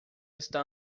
está